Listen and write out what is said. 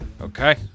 Okay